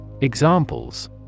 Examples